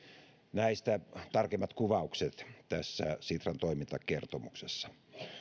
näistä tarkemmat kuvaukset ovat tässä sitran toimintakertomuksessa